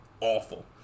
Awful